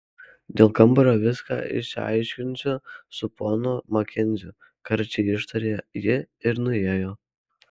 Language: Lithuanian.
dėl kambario viską išsiaiškinsiu su ponu makenziu karčiai ištarė ji ir nuėjo